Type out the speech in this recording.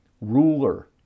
ruler